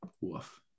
Woof